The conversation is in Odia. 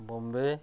ବମ୍ବେ